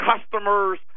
customers